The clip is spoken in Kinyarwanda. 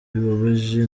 bibabaje